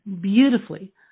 beautifully